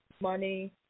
money